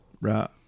Right